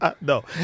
No